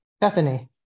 Bethany